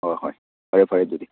hall ꯍꯣꯏ ꯐꯔꯦ ꯐꯔꯦ ꯑꯗꯨꯗꯤ